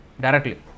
directly